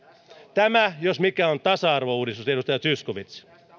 tämä jos mikä on tasa arvouudistus edustaja zyskowicz